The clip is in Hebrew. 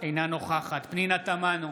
אינה נוכחת פנינה תמנו,